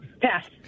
Pass